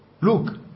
look